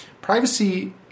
privacy